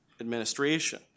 administration